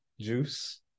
juice